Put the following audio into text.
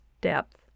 depth